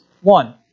one